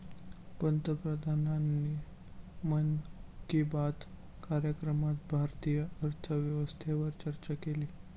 पंतप्रधानांनी मन की बात कार्यक्रमात भारतीय अर्थव्यवस्थेवर चर्चा केली